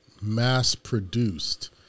mass-produced